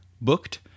booked